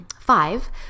Five